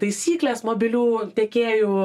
taisyklės mobilių tiekėjų